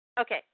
Okay